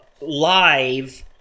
live